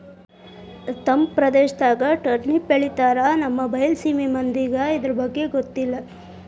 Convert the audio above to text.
ತಪ್ಪು ಪ್ರದೇಶದಾಗ ಟರ್ನಿಪ್ ಬೆಳಿತಾರ ನಮ್ಮ ಬೈಲಸೇಮಿ ಮಂದಿಗೆ ಇರ್ದಬಗ್ಗೆ ಗೊತ್ತಿಲ್ಲ